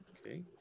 Okay